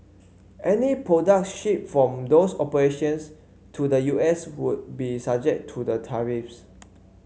any products shipped from those operations to the U S would be subject to the tariffs